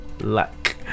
luck